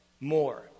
more